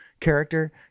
character